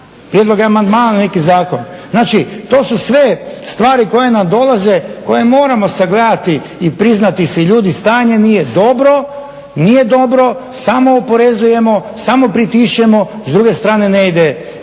prijedloge amandmana na neki zakon? Znači to su sve stvari koje nam dolaze, koje moramo sagledati i priznati si ljudi, stanje nije dobro, nije dobro, samo oporezujemo, samo pritišćemo, s druge strane ne ide